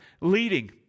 leading